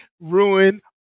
ruin